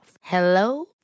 Hello